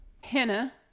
Hannah